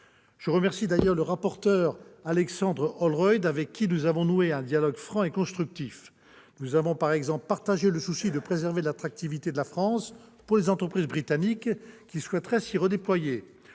Je remercie d'ailleurs le rapporteur Alexandre Holroyd, avec lequel nous avons noué un dialogue franc et constructif. Ainsi, nous avons eu le souci commun de préserver l'attractivité de la France, pour les entreprises britanniques qui souhaiteraient s'y redéployer.